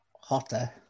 hotter